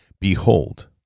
Behold